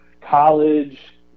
college